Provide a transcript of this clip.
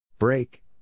Break